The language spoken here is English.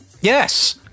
Yes